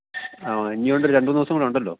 ആ ഇനിയുണ്ട് രണ്ട് മൂന്ന് ദിവസം കൂടിയുണ്ടല്ലോ